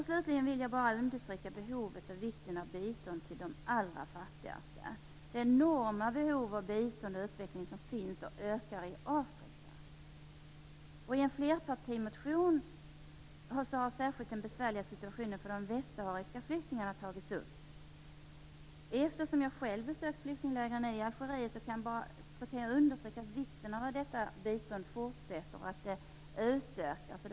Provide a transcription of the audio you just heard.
Slutligen vill jag bara understryka behovet och vikten av bistånd till de allra fattigaste; det enorma behov av bistånd och utveckling som finns och ökar i Afrika. I en flerpartimotion har särskilt den besvärliga situationen för de västsahariska flyktingarna tagits upp. Eftersom jag själv besökt flyktinglägren i Algeriet kan jag bara understryka vikten av att detta bistånd fortsätter och utökas.